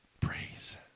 Praise